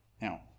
now